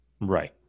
Right